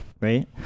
right